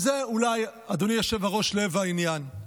וזה, אולי, אדוני היושב-ראש, לב העניין.